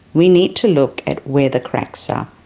we need to look at where the cracks are,